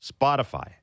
Spotify